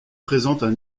présentent